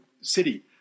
City